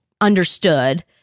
understood